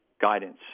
guidance